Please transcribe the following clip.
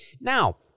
Now